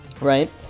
right